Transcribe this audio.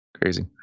crazy